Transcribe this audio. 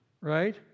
right